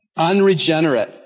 unregenerate